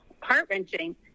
heart-wrenching